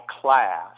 class